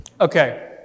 Okay